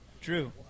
Drew